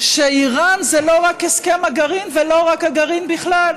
שאיראן זה לא רק הסכם הגרעין ולא רק הגרעין בכלל,